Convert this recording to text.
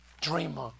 dreamer